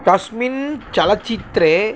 तस्मिन् चलचित्रे